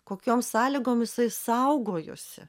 kokiom sąlygom jisai saugojosi